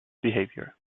behaviour